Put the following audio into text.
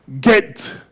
get